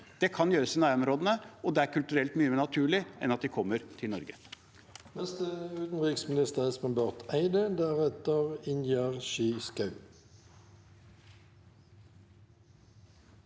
det kan gjøres i nærområdene, og det er kulturelt mye mer naturlig enn at de kommer til Norge.